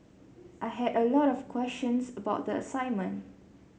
I had a lot of questions about the assignment